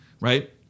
right